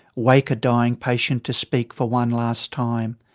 wake a dying patient to speak for one last time.